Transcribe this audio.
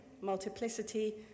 multiplicity